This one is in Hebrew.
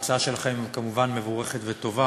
ההצעה שלכם כמובן מבורכת וטובה.